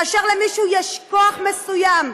כאשר למישהו יש כוח מסוים,